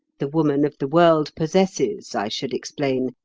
the woman of the world possesses, i should explain,